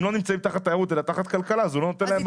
לא נמצאים תחת תיירות אלא תחת כלכלה אז הוא לא נותן להם מענה.